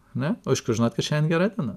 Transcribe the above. ar ne o iš kur žinot kad šiandien gera diena